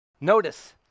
Notice